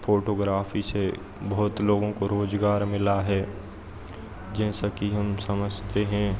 photography से बहुत लोगों को रोजगार मिला है जैसा कि हम समझते हैं